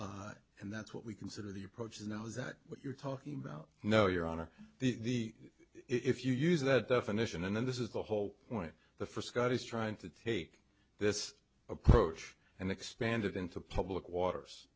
earth and that's what we consider the approach is now is that what you're talking about no your honor the if you use that definition and then this is the whole point the for scott is trying to take this approach and expanded into public waters